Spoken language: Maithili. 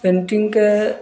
पेन्टिंगके